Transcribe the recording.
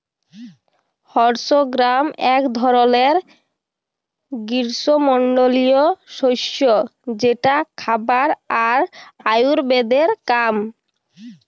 horse gram এক ধরলের গ্রীস্মমন্ডলীয় শস্য যেটা খাবার আর আয়ুর্বেদের কাম